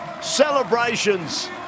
Celebrations